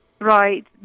right